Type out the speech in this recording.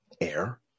air